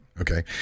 okay